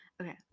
Okay